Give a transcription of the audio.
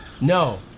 No